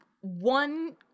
one